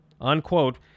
Unquote